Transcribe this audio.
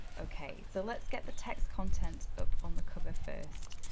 okay, so let's get the text content up on the cover first.